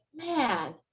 man